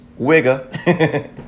Wigger